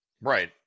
Right